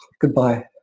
Goodbye